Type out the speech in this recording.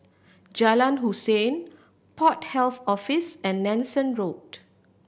Jalan Hussein Port Health Office and Nanson Road